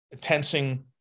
tensing